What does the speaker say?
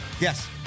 Yes